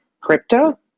crypto